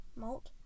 Malt